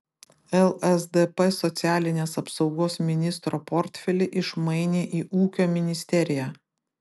lsdp socialinės apsaugos ministro portfelį išmainė į ūkio ministeriją